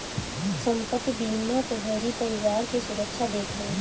संपत्ति बीमा तोहरी परिवार के सुरक्षा देत हवे